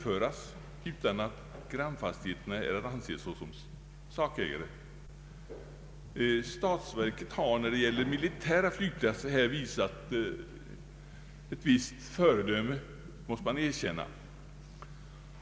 miljövården, m.m. föras utan att grannfastigheterna är att anse såsom sakägare. Statsverket har när det gäller militära flygplatser visat ett visst föredöme, det måste man erkänna.